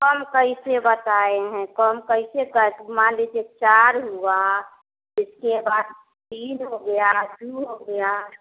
कम कैसे बताए हैं कम कैसे कक मान लीजिए चार हुआ इसके बाद तीन हो गया दो हो गया